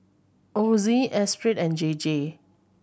Ozi Esprit and J J